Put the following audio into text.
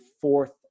fourth